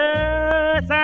Yes